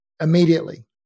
immediately